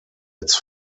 its